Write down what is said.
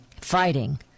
fighting